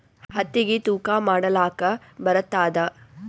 ಹತ್ತಿಗಿ ತೂಕಾ ಮಾಡಲಾಕ ಬರತ್ತಾದಾ?